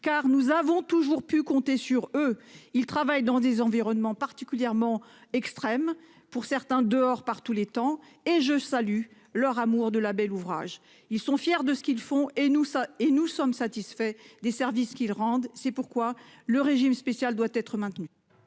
nous avons toujours pu compter sur eux. Ils travaillent dans des environnements particulièrement extrêmes, par tous les temps, et je salue leur amour du bel ouvrage. Ils sont fiers de ce qu'ils font, et nous sommes satisfaits des services qu'ils rendent. C'est pourquoi ce régime spécial doit être maintenu.